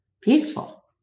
peaceful